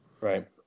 Right